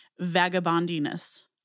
vagabondiness